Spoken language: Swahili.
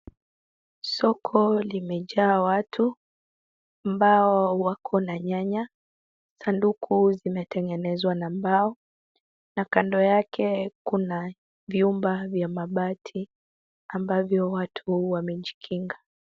Soko limejaa watu ambao wako na nyanya, sanduku zimetengenezwa na mbao na kando yake kuna vyumba vya mabati ambavyo watu wamejikinga